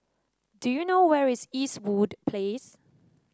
do you know where is Eastwood Place